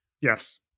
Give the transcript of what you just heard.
Yes